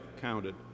counted